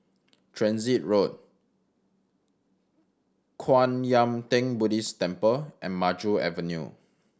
Transit Road Kwan Yam Theng Buddhist Temple and Maju Avenue